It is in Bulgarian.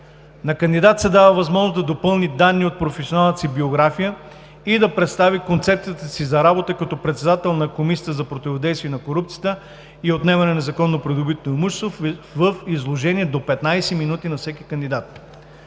На кандидата се дава възможност да допълни данни от професионалната си биография и да представи концепцията си за работа като председател на Комисията за противодействие на корупцията и за отнемане на незаконно придобитото имущество в изложение до 15 минути за всеки кандидат.